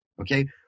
okay